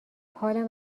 حالم